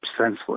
senseless